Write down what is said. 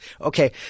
okay